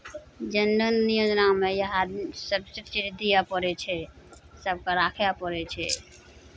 जनधन योजनामे इएहसभ चीज दिअ पड़ै छै सभकेँ राखय पड़ै छै